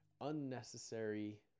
unnecessary